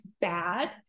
bad